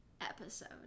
episode